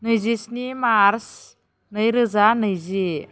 नैजिस्नि मार्च नै रोजा नैजि